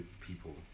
people